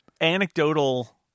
anecdotal